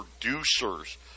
producers